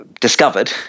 discovered